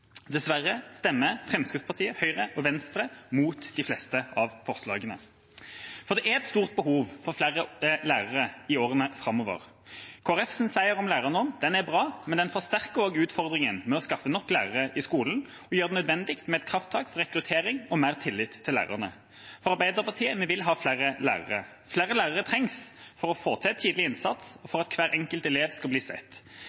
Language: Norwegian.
Dessverre stemmer Fremskrittspartiet, Høyre og Venstre mot de fleste av forslagene. Det er et stort behov for flere lærere i årene framover. Kristelig Folkepartis seier for lærernormen er bra, men den forsterker også utfordringen med å skaffe nok lærere i skolen og gjør det nødvendig med et krafttak for rekruttering og mer tillit til lærerne. Arbeiderpartiet vil ha flere lærere. Flere lærere trengs for å få til tidlig innsats og for at hver enkelt elev skal bli sett.